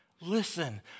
listen